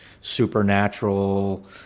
supernatural